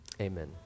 amen